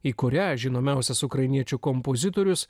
į kurią žinomiausias ukrainiečių kompozitorius